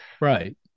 Right